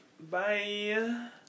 Bye